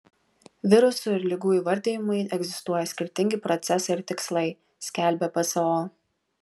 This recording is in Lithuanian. virusų ir ligų įvardijimui egzistuoja skirtingi procesai ir tikslai skelbia pso